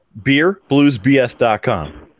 BeerBluesBS.com